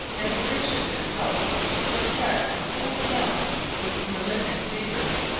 and sufficient in itself to infect a whole town with malignant fevers.